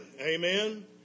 Amen